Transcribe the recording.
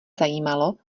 zajímalo